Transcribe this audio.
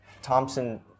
Thompson